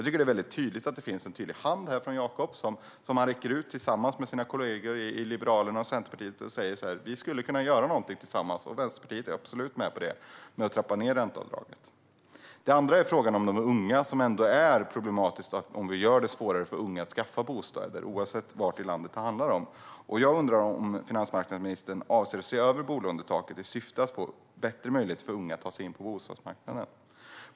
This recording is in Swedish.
Det är tydligt att Jakob räcker ut en hand, tillsammans med sina kollegor i Liberalerna och Centerpartiet, och säger att man skulle kunna göra någonting tillsammans. Vänsterpartiet är absolut med på att trappa ned ränteavdraget. En annan fråga gäller de unga. Om vi gör det svårare för unga att skaffa bostäder är det problematiskt, oavsett vilken del av landet det handlar om. Jag undrar om finansmarknadsministern avser att se över bolånetaket i syfte att få bättre möjligheter för unga att ta sig in på bostadsmarknaden.